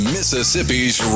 Mississippi's